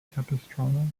capistrano